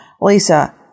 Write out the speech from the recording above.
Lisa